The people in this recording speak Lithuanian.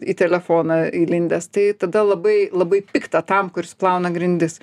į telefoną įlindęs tai tada labai labai pikta tam kuris plauna grindis